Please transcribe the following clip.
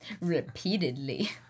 Repeatedly